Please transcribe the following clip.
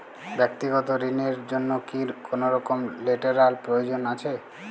ব্যাক্তিগত ঋণ র জন্য কি কোনরকম লেটেরাল প্রয়োজন আছে?